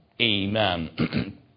Amen